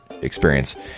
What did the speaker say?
experience